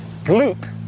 Gloop